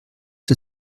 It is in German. der